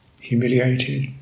humiliated